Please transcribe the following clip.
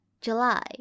July